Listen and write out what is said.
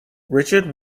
richard